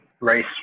race